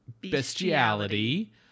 bestiality